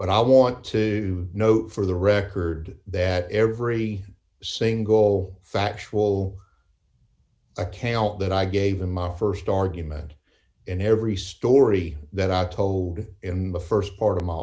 but i want to note for the record that every single factual account that i gave him my st argument in every story that i told in the st part of my